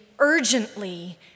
urgently